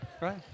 right